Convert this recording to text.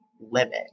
limit